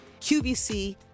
QVC